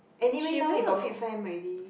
anyway now you got fit fam already